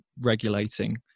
regulating